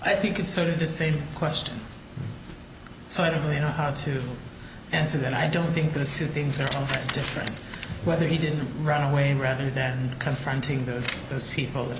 i think it's sort of the same question so i don't really know how to answer that i don't think those two things are different whether he didn't run away rather than confronting those